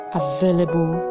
available